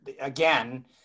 again